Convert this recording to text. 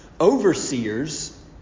Overseers